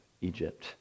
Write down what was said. Egypt